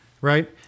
right